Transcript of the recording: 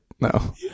no